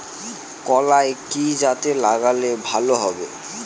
কলাই কি জাতে লাগালে ভালো হবে?